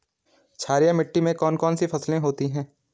क्षारीय मिट्टी में कौन कौन सी फसलें होती हैं?